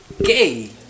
Okay